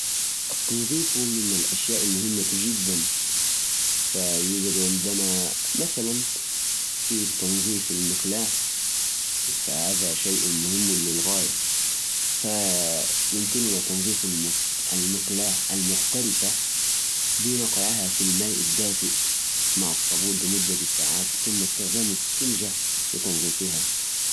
إذا حركت الطعام في المقلاة و هي عالقة، تقدر تستخدم شوية ماء ساخن مع معلقة كبيرة من الخل أوبيكربونات الصودا. حطهم في المقلاة، وتركهم ينقعون لمدة ربع ساعة. بعد كذا، استخدم إسفنجة أو فرشاة ناعمة لتفكيك الأكل المحروق. إذا إحتاج الأمر، كرر العملية لحد ما تخلص من كل العوالق.